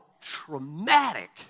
traumatic